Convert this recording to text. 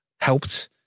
helped